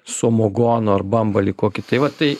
sumogono ar bambalį kokį tai va tai